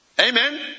Amen